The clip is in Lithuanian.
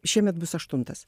šiemet bus aštuntas